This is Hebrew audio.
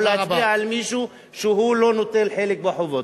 להצביע על משהו כשהוא לא נוטל חלק בחובות.